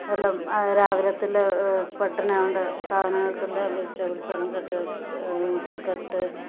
എല്ലാം രാവിലത്തെ ഉള്ള പെട്ടെന്ന് ആകേണ്ട സാധനങ്ങക്കെല്ലാം വെജിറ്റബിൾസ് എല്ലാം കട്ട് കട്ട് ആക്കിയിട്ട്